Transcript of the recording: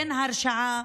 אין הרשעה,